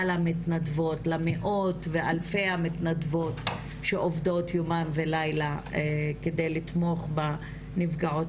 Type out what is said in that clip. המתנדבות למאות ולאלפי המתנדבות שעובדות יומם ולילה כדי לתמוך בנפגעות